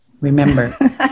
remember